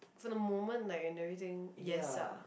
for the moment like when everything yes ah